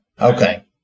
Okay